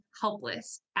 helpless